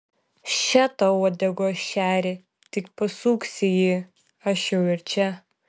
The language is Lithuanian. še tau uodegos šerį tik pasuksi jį aš jau ir čia